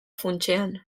funtsean